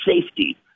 safety